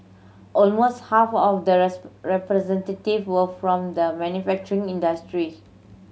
almost half of the representative were from the manufacturing industry